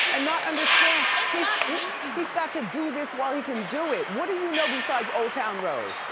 and not understand it's not laziness. he's got to do this while he can do it. what do you know besides old town road?